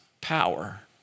power